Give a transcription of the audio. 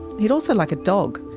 he'd also like a dog.